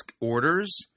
orders